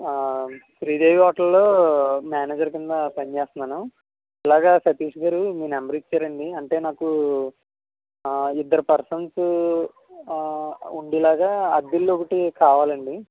శ్రీదేవి హోటల్లో మేనేజర్ కింద పనిచేస్తున్నాను ఇలాగ సతీష్గారు మీ నెంబర్ ఇచ్చారండి అంటే నాకు ఇద్దరు పర్సన్స్ ఉండేలాగా అద్దిల్లు ఒకటి కావాలండి